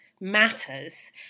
Matters